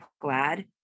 glad